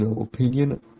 opinion